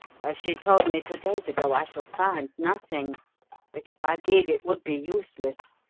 as she told me two days ago, i shall find nothing but if i did it would be useless,